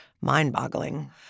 mind-boggling